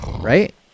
right